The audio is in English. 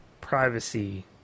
privacy